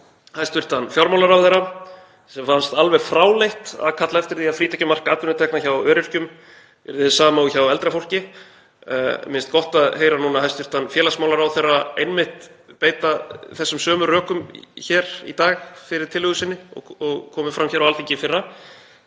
hæstv. fjármálaráðherra sem fannst alveg fráleitt að kalla eftir því að frítekjumark atvinnutekna hjá öryrkjum yrði hið sama og hjá eldra fólki. Mér finnst gott að heyra hæstv. félagsmálaráðherra einmitt beita þessum sömu rökum hér í dag fyrir tillögu sinni og komu fram hér á Alþingi í fyrra.